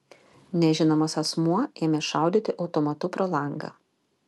nežinomas asmuo ėmė šaudyti automatu pro langą